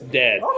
dead